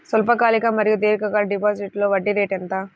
స్వల్పకాలిక మరియు దీర్ఘకాలిక డిపోజిట్స్లో వడ్డీ రేటు ఎంత?